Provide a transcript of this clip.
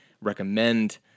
recommend